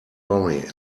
worry